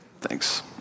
Thanks